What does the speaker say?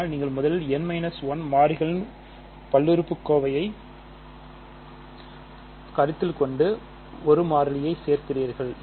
ஆனால் நீங்கள் முதலில் n 1 மாறிகளில் பல்லுறுப்புக்கோவையை வளையத்தை கருத்தில் கொண்டு 1 மாறியைச் சேர்க்கிறீர்கள்